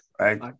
right